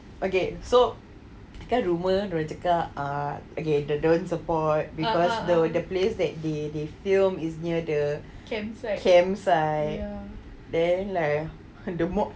okay so kan ada rumour dorang cakap err don't don't support because the place that they they filmed is near the camp site then like the more